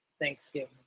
Thanksgiving